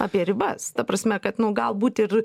apie ribas ta prasme kad nu galbūt ir